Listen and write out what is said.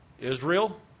Israel